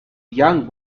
young